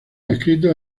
escritos